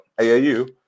AAU